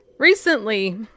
Recently